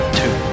two